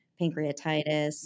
pancreatitis